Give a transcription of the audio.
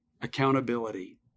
accountability